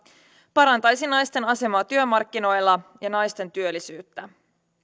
parantaisi naisten asemaa työmarkkinoilla ja naisten työllisyyttä